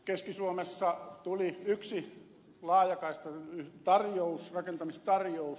keski suomessa tuli yksi laajakaistatarjous rakentamistarjous